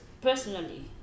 Personally